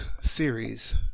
series